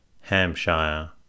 Hampshire